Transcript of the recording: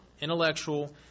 intellectual